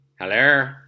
Hello